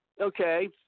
okay